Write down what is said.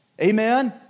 Amen